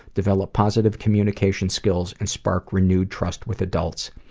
develop positive communication skills, and spark renewed trust with adults.